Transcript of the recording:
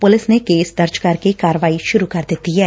police ਨੇ case ਦਰਜ ਕਰਕੇ ਕਾਰਵਾਈ ਸੁਰੁ ਕਰ ਦਿੱਤੀ ਏ